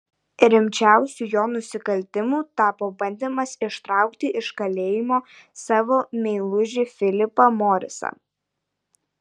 rimčiausiu jo nusikaltimu tapo bandymas ištraukti iš kalėjimo savo meilužį filipą morisą